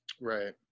Right